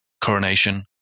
coronation